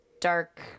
dark